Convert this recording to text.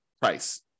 price